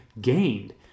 gained